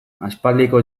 aspaldiko